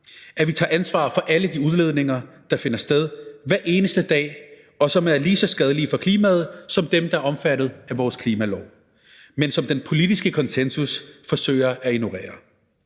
at vi tager ansvar for alle de udledninger, der finder sted hver eneste dag, og som er lige så skadelige for klimaet som dem, der er omfattet af vores klimalov, men som den politiske konsensus forsøger at ignorere.